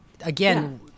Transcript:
again